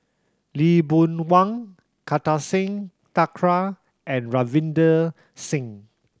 Lee Boon Wang Kartar Singh Thakral and Ravinder Singh